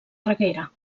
reguera